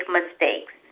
mistakes